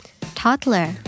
Toddler